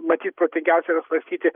matyt protingiausia yra svarstyti